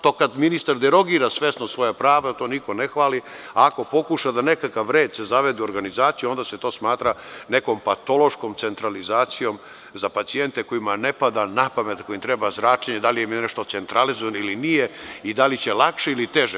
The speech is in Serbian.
To kad ministar derogira svesno svoja prava, to niko ne hvali, a ako pokuša da nekakav red zavede u organizaciji, onda se to smatra nekom patološkom centralizacijom za pacijente kojima ne pada napamet ako im treba zračenje da li im je nešto centralizovano ili nije i da li će lakše ili teže.